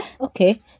okay